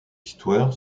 histoire